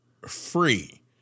free